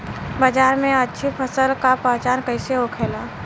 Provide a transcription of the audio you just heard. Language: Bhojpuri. बाजार में अच्छी फसल का पहचान कैसे होखेला?